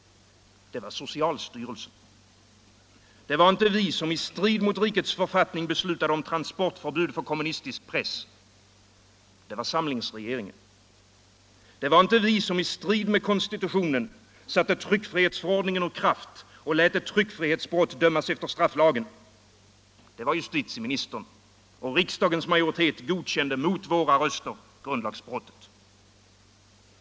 Det var socialstyrelsen. Det var inte vi som i strid mot rikets författning beslöt om transportförbud för kommunistisk press. Det var samlingsregeringen. Det var inte vi som i strid med konstitutionen satte tryckfrihetsförordningen ur kraft och lät ett tryckfrihetsbrott dömas efter strafflagen. Det var justitieministern — och mot våra röster godkände riksdagens majoritet grundlagsbrottet.